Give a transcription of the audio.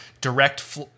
direct